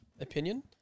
opinion